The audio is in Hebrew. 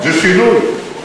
זה שינוי.